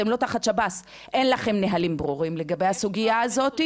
אתם לא תחת שב"ס ואין לכם נהלים ברורים לגבי הסוגייה הזאת.